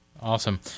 awesome